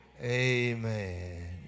Amen